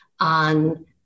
on